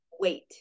wait